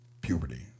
puberty